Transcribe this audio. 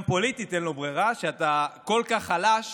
גם פוליטית אין לו ברירה, כשאתה כל כך חלש